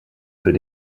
für